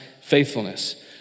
faithfulness